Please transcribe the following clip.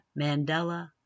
Mandela